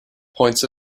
points